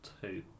two